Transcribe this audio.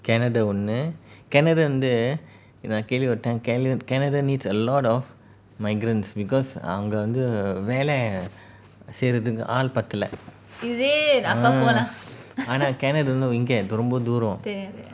canada ஒண்ணு:onnu canada அங்க வந்து:avanga vanthu canada needs a lot of migrants because அங்க வந்து வேலை செய்றதுக்கு ஆள் பத்தலை:avanga vanthu velai seirathuku aal pathalai ah ஆனா கனடா வந்து எங்க ரொம்ப தூரம்:aana canada vanthu enga romba thooram